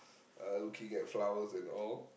uh looking at flowers and all